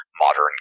modern